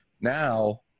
Now